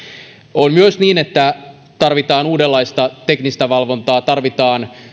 on myös niin että tarvitaan uudenlaista teknistä valvontaa tarvitaan